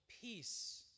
peace